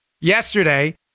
Yesterday